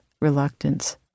reluctance